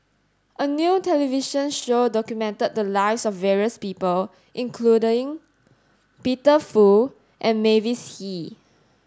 a new television show documented the lives of various people including Peter Fu and Mavis Hee